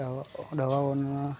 દવાઓના